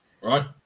Right